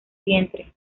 vientre